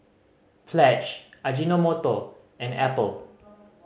Pledge Ajinomoto and Apple